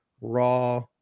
raw